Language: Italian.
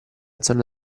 zone